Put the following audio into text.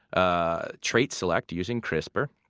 ah trait select using crispr,